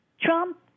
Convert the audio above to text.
Trump